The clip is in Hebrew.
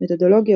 מתודולוגיות,